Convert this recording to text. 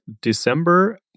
December